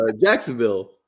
Jacksonville